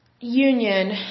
union